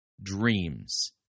dreams